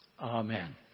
Amen